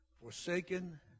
Forsaken